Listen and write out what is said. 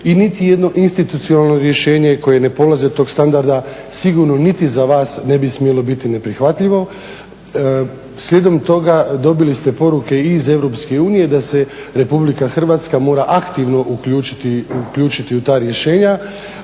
i niti jedno institucionalno rješenje koje ne polazi od tog standarda sigurno niti za vas ne bi smjelo biti neprihvatljivo. Slijedom toga dobili ste poruke i iz EU da se RH mora aktivno uključiti u ta rješenja